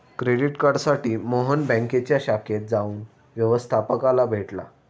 credit कार्डसाठी मोहन बँकेच्या शाखेत जाऊन व्यवस्थपकाला भेटला